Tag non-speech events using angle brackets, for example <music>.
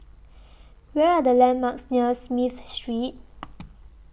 Where Are The landmarks near Smith Street <noise>